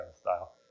style